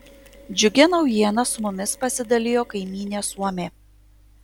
džiugia naujiena su mumis pasidalijo kaimynė suomė